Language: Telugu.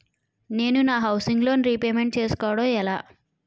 నేను నా హౌసిగ్ లోన్ రీపేమెంట్ చేసుకోవటం ఎలా?